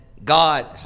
God